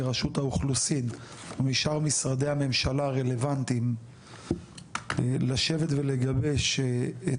מרשות האוכלוסין ומשאר משרדי הממשלה הרלוונטיים לשבת ולגבש את